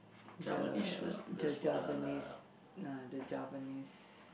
the the Javanese ah the Javanese